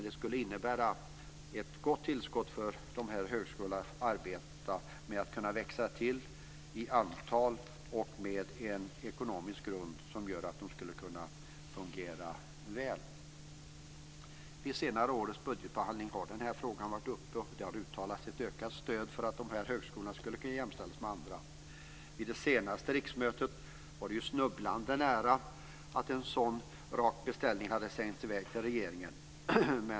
Det skulle innebära ett gott tillskott för dessa högskolor och att högskolorna skulle kunna bli fler. De skulle få en ekonomisk grund för att fungera väl. Vid senare års budgetbehandling har denna fråga varit uppe, och det har uttalats ett ökat stöd för tanken att dessa högskolor skulle jämställas med andra. Vid det senaste riksmötet var det snubblande nära att en sådan beställning hade sänts i väg till regeringen.